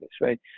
right